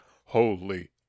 holy